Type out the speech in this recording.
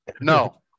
No